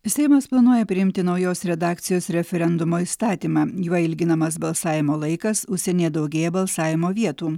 seimas planuoja priimti naujos redakcijos referendumo įstatymą juo ilginamas balsavimo laikas užsienyje daugėja balsavimo vietų